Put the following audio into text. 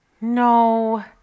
No